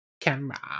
Camera